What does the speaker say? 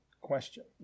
question